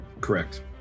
correct